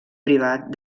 privat